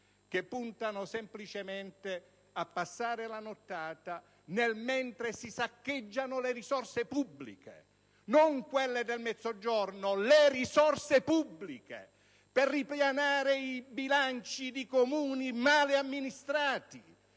che puntano semplicemente a «passare la nottata» nel mentre si saccheggiano le risorse pubbliche (non le risorse del Mezzogiorno, ma quelle pubbliche) per ripianare i bilanci di Comuni male amministrati,